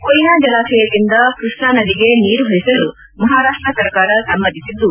ಕೊಯ್ನಾ ಜಲಾಶಯದಿಂದ ಕೈಷ್ಣಾ ನದಿಗೆ ನೀರು ಹರಿಸಲು ಮಹಾರಾಷ್ಷ ಸರ್ಕಾರ ಸಮ್ನತಿಸಿದ್ದು